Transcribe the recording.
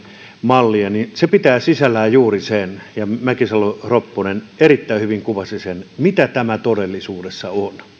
mallia niin se pitää sisällään juuri sen ja mäkisalo ropponen erittäin hyvin kuvasi sen mitä tämä todellisuudessa on